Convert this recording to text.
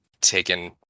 taken